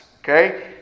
Okay